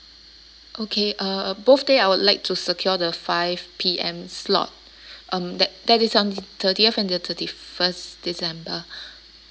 okay uh both day I would like to secure the five P_M slot um that that is on th~ thirtieth and the thirty first december